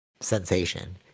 sensation